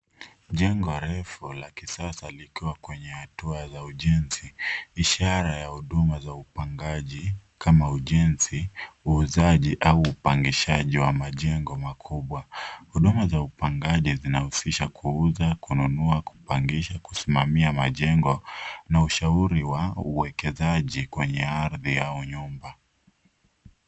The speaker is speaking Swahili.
Jengo refu la kisasa likiwa kwenye hatua za ujenzi ishara ya huduma za upangaji kama ujenzi, uuzaji au upangishaji wa majengo makubwa. Huduma za upangaji zinahusisha kuuza, kununua, kupangisha, kusimamia majengo na ushauri wa uwekezaji kwenye ardhi yao unyumba.